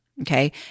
Okay